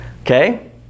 Okay